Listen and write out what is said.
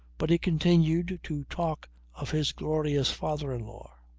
but he continued to talk of his glorious father in-law,